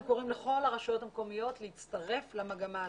קוראים לכל הרשויות המקומיות להצטרף למגמה הזאת.